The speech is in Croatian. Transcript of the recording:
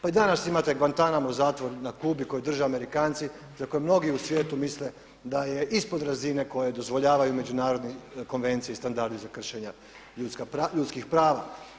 Pa i danas imate Guantanamo zatvor na Kubi koji drže Amerikanci za koji mnogi u svijetu misle da je ispod razine koju dozvoljavaju međunarodne konvencije i standardi za kršenje ljudskih prava.